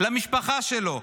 למשפחה שלו,